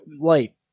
light